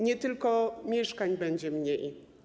Nie tylko mieszkań będzie mniej.